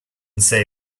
say